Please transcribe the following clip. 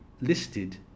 listed